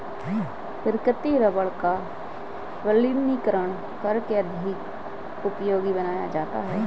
प्राकृतिक रबड़ का वल्कनीकरण करके अधिक उपयोगी बनाया जाता है